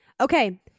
Okay